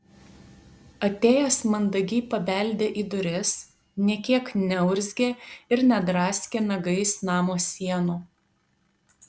atėjęs mandagiai pabeldė į duris nė kiek neurzgė ir nedraskė nagais namo sienų